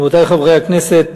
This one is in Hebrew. רבותי חברי הכנסת,